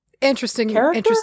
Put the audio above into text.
interesting